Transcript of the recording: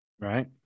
Right